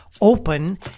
open